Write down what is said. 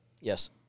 Yes